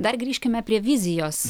dar grįžkime prie vizijos